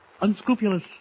unscrupulous